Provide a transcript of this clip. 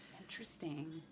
Interesting